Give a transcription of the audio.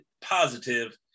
positive